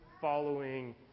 following